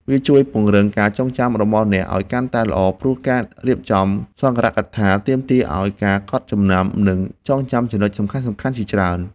វាជួយពង្រឹងការចងចាំរបស់អ្នកឱ្យកាន់តែល្អ ព្រោះការរៀបចំសន្ទរកថាទាមទារឱ្យអ្នកកត់ចំណាំ និងចងចាំចំណុចសំខាន់ៗជាច្រើន។